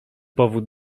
powód